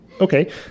okay